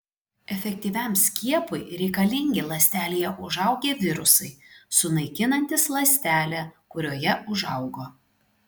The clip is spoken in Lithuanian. efektyviam skiepui reikalingi ląstelėje užaugę virusai sunaikinantys ląstelę kurioje užaugo